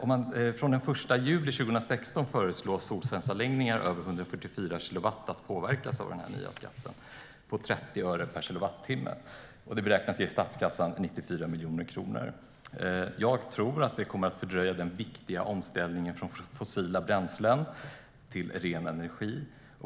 Man föreslår att solcellsanläggningar över 144 kilowatt från den 1 juli 2016 ska påverkas av den nya skatten på 30 öre per kilowattimme. Det beräknas ge statskassan 94 miljoner kronor. Jag tror att det kommer att fördröja den viktiga omställningen från fossila bränslen till ren energi.